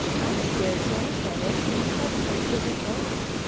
i stared back at it and suddenly it was gone.